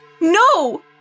No